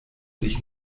sich